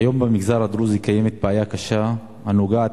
כיום קיימת במגזר הדרוזי בעיה קשה הנוגעת